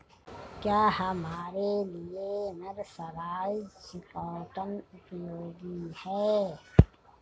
क्या हमारे लिए मर्सराइज्ड कॉटन उपयोगी है?